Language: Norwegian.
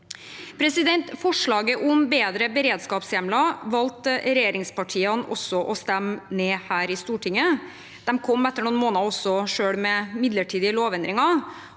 Forslaget om bedre beredskapshjemler valgte regjeringspartiene å stemme ned her i Stortinget. De kom etter noen måneder selv med midlertidige lovendringer,